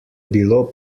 bilo